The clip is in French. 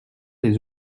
les